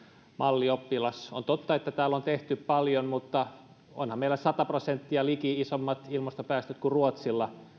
mallioppilas on totta että täällä on tehty paljon mutta onhan meillä esimerkiksi liki sata prosenttia isommat ilmastopäästöt kuin ruotsilla